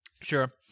Sure